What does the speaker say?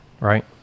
right